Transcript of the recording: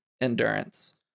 endurance